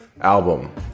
album